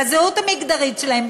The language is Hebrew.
בזהות המגדרית שלהם,